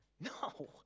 No